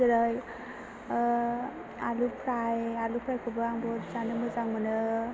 जेरै आलु फ्राय आलु फ्रायखौबो आं बहुद जानो मोजां मोनो